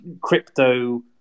crypto